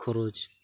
ᱠᱷᱚᱨᱚᱪ